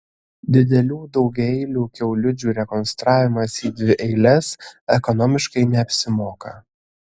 didelių daugiaeilių kiaulidžių rekonstravimas į dvieiles ekonomiškai neapsimoka